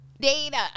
Data